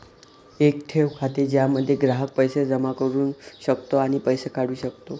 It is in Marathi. एक ठेव खाते ज्यामध्ये ग्राहक पैसे जमा करू शकतो आणि पैसे काढू शकतो